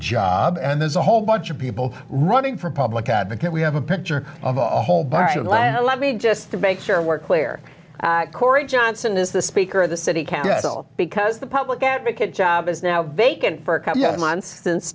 job and there's a whole bunch of people running for public advocate we have a picture of a whole bunch of land let me just to make sure we're clear cory johnson is the speaker of the city council because the public advocate job is now vacant for a couple of months since